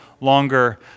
longer